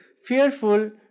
fearful